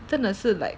真的是 like